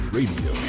Radio